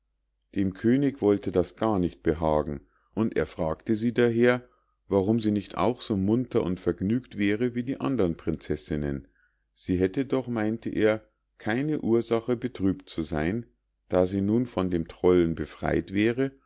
dem könig wollte das gar nicht behagen und er fragte sie daher warum sie nicht auch so munter und vergnügt wäre wie die andern prinzessinnen sie hätte doch meinte er keine ursache betrübt zu sein da sie nun von dem trollen befrei't wäre